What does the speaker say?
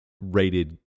rated